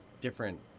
different